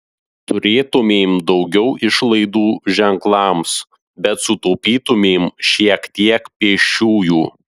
turėtumėm daugiau išlaidų ženklams bet sutaupytumėm šiek tiek pėsčiųjų